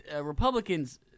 Republicans